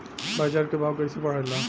बाजार के भाव कैसे बढ़े ला?